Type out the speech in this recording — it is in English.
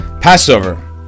Passover